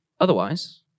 Otherwise